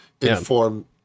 inform